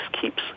keeps